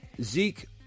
Zeke